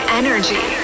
energy